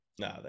No